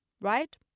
right